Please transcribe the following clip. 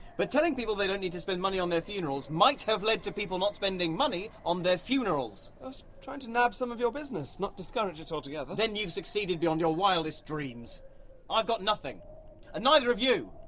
but telling people they don't need to spend money on their funerals might have led to people not spending money on their funerals. i was trying to nab some of your business, not discourage it altogether! then you've succeeded beyond your wildest dreams i've got nothing and neither have you.